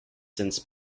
since